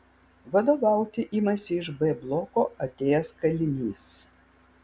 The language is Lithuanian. vadovauti imasi iš b bloko atėjęs kalinys